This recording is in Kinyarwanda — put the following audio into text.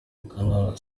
mukantabana